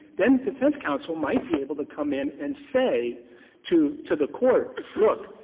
then defense counsel might be able to come in and say to to the court, look,